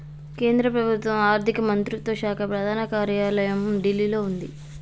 కేంద్ర ప్రభుత్వం ఆర్ధిక మంత్రిత్వ శాఖ ప్రధాన కార్యాలయం ఢిల్లీలో వుంది